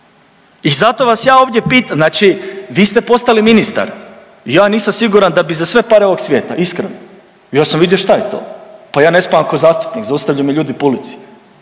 I zato vas ja ovdje pitam, znači vi ste postali ministar, ja nisam siguran da bi za sve pare ovog svijeta, iskreno. Ja sam vidio šta je to, pa ja ne spavam ko zastupnik, zaustavljaju me ljudi po ulici,